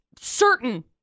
certain